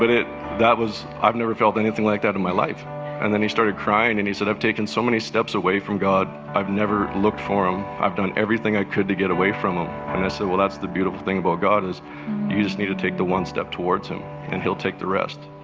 but that was, i've never felt anything like that in my life and then he started crying and he said, i've taken so many steps away from god. i've never looked for him. i've done everything i could to get away ah and i said, well, that's the beautiful thing about god is you just need to take the one step towards him and he'll take the rest.